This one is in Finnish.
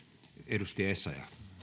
arvoisa